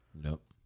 Nope